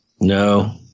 No